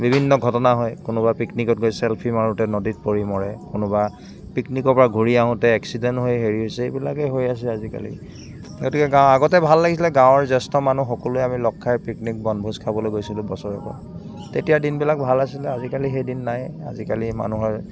বিভিন্ন ঘটনা হয় কোনোবা পিকনিকত গৈ ছেলফি মাৰোতে নদীত পৰি মৰে কোনোবা পিকনিকৰ পা ঘূৰি আহোতে এক্সিডেণ্ট হৈ হেৰি হৈছে সেইবিলাকে হৈ আছে আজিকালি গতিকে গা আগতে ভাল লাগিছিলে গাঁৱৰ জ্যেষ্ঠ মানুহ সকলোৱে আমি লগ খাই পিকনিক বনভোজ খাবলৈ গৈছিলো বছৰেকত তেতিয়াৰ দিনবিলাক ভাল আছিলে আজিকালি সেই দিন নাই আজিকালি মানুহে